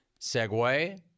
Segway